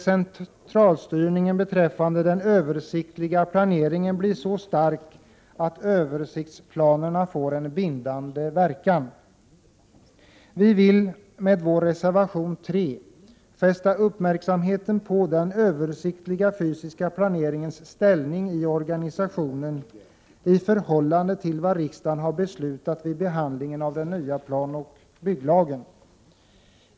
Centralstyrningen beträffande den översiktliga planeringen får inte bli så stark att översiktsplanerna får en bindande verkan. Vi vill med vår reservation 3 fästa uppmärksamheten på den översiktliga fysiska planeringens ställning i organisationen i förhållande till vad riksdagen har beslutat vid behandlingen av den nya planoch bygglagen.